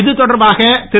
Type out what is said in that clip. இதுதொடர்பாக திரு